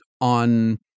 on